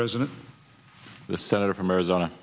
president the senator from arizona